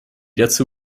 dazu